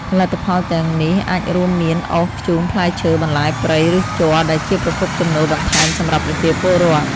ផលិតផលទាំងនោះអាចរួមមានអុស ធ្យូង ផ្លែឈើ បន្លែព្រៃ ឬជ័រ ដែលជាប្រភពចំណូលបន្ថែមសម្រាប់ប្រជាពលរដ្ឋ។